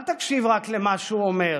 אל תקשיב רק למה שהוא אומר,